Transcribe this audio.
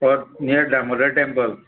or near Damodara temple